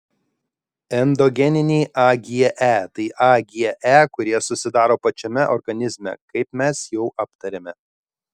endogeniniai age tai age kurie susidaro pačiame organizme kaip mes jau aptarėme